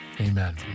Amen